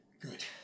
Good